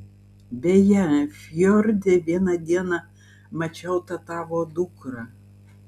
beje fjorde vieną dieną mačiau tą tavo dukrą